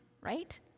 right